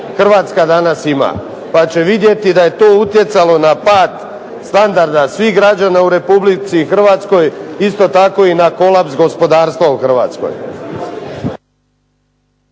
Hrvatska danas ima, pa će vidjeti da je to utjecalo na pad standarda svih građana u Republici Hrvatskoj, isto tako i na kolaps gospodarstva u Hrvatskoj.